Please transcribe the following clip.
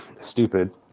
stupid